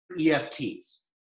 EFTs